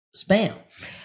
spam